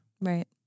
Right